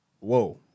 Whoa